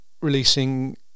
releasing